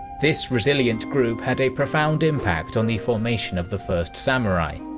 this resilient group had a profound impact on the formation of the first samurai,